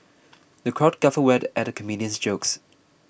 the crowd guffawed at comedian's jokes